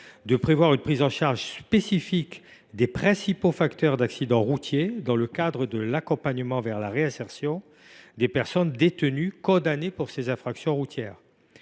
de prévoir une prise en charge spécifique des principaux facteurs d’accidents routiers dans le cadre de l’accompagnement vers la réinsertion des personnes détenues condamnées pour ce type d’infractions.